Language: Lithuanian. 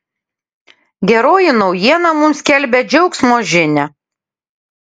geroji naujiena mums skelbia džiaugsmo žinią